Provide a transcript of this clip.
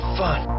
fun